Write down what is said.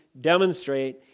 demonstrate